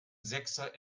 sechser